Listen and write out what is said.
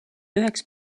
üheks